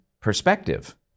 perspective